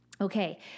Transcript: Okay